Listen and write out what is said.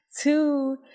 two